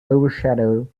overshadow